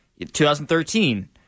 2013